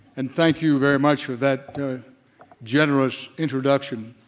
and thank you very much for that generous introduction.